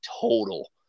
total